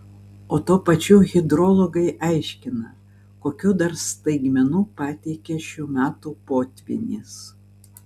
o tuo pačiu hidrologai aiškina kokių dar staigmenų pateikė šių metų potvynis